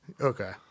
Okay